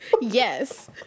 Yes